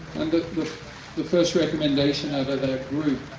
and the the first recommendation out of that group.